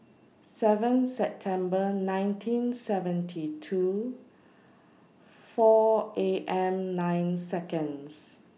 seven September nineteen seventy two four A M nine Seconds